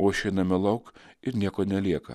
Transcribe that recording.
o išeiname lauk ir nieko nelieka